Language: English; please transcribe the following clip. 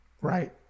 Right